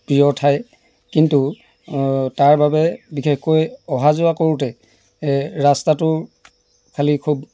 প্ৰিয় ঠাই কিন্তু তাৰবাবে বিশেষকৈ অহা যোৱা কৰোঁতে ৰাস্তাটো খালী খুব